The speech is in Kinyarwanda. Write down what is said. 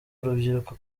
urubyiruko